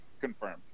confirmed